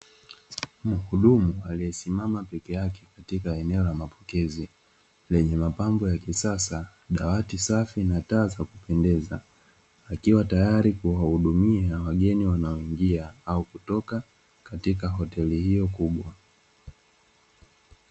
Mhudumu aliyesimama peke yake katika eneo la mapokezi, lenye mapambo ya kisasa, dawati safi na taa za kupendeza. Akiwa tayari kuwahudumia wageni wanaoingia au kutoka katika hoteli hiyo kubwa.